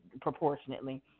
proportionately